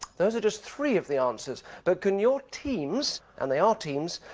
those are just three of the answers but can your teams, and they are teams,